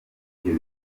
ibyo